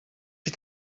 you